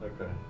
Okay